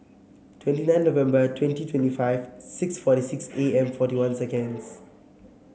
twenty nine November twenty twenty five six forty six A M forty one seconds